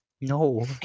No